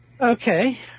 Okay